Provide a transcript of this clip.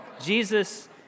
Jesus